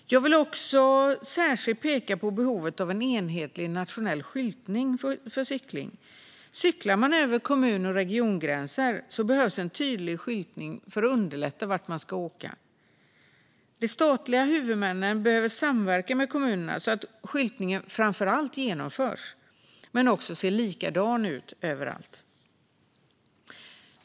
Jag vill också särskilt peka på behovet av en enhetlig nationell skyltning för cykling. Cyklar man över kommun och regiongränser behövs en tydlig skyltning som gör det lättare att se vart man ska åka. De statliga huvudmännen behöver samverka med kommunerna så att skyltningen framför allt genomförs men också ser likadan ut överallt.